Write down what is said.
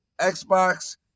Xbox